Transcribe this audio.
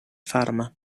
fatima